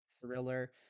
thriller